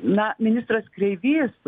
na ministras kreivys